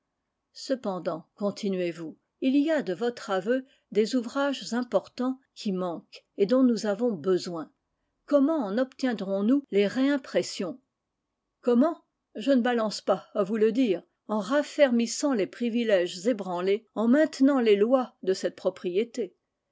cependant continuez vous il y a de votre aveu des ouvrages importants qui manquent et dont nous avons besoin comment en obtiendrons nous les réimpressions comment je ne balance pas à vous le dire en raffermissant les privilèges ébranlés en maintenant les lois de cette propriété